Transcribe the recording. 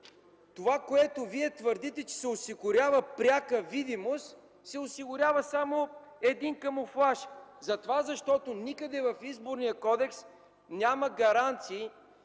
това, което вие твърдите, че се осигурява пряка видимост – осигурява се само един камуфлаж. Никъде в Изборния кодекс няма гаранции,